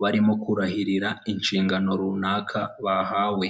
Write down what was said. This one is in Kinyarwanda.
barimo kurahirira inshingano runaka bahawe.